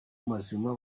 mazima